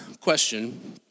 question